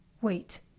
Wait